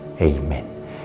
Amen